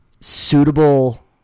suitable